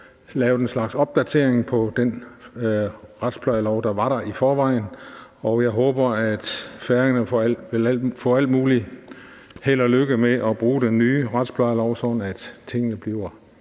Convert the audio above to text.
lavet en slags opdatering på den retsplejelov, der var der i forvejen, og jeg håber, at færingerne får alt muligt held og lykke med at bruge den nye retsplejelov, sådan at tingene bliver